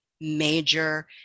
major